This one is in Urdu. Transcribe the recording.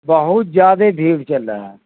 بہت جادے بھیڑ چل رہا ہے